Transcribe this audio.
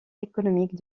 économique